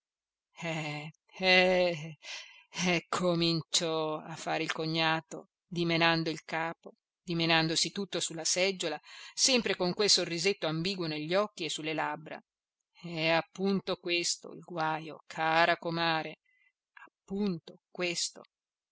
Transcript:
eh cominciò a fare il cognato dimenando il capo dimenandosi tutto sulla seggiola sempre con quel sorrisetto ambiguo negli occhi e sulle labbra è appunto questo il guajo cara comare appunto questo